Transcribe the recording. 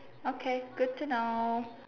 okay good to know